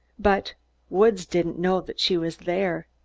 but woods didn't know that she was there.